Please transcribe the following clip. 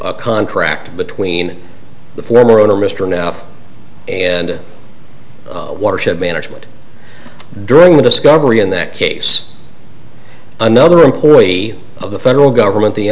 of contract between the former owner mr knapp and watershed management during the discovery in that case another employee of the federal government the